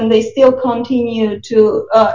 and they still continue to